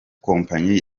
kompanyi